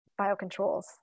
biocontrols